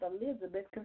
Elizabeth